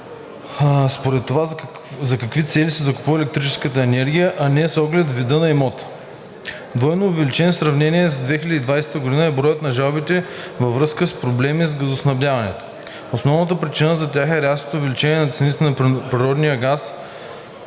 според това за какви цели се купува електрическата енергия, а не с оглед вида на имота. Двойно увеличен в сравнение с 2020 г. е броят на жалбите във връзка с проблеми с газоснабдяването. Основната причина за тях е рязкото увеличение на цените на природния газ